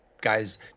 guys